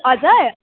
हजुर